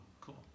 cool